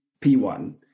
P1